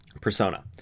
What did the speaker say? persona